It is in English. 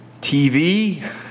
TV